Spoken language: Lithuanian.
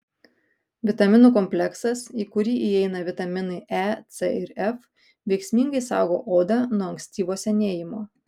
vitaminų kompleksas į kurį įeina vitaminai e c ir f veiksmingai saugo odą nuo ankstyvo senėjimo